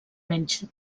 menys